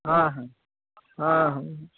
हँ हँ हँ हँ